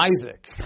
isaac